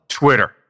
Twitter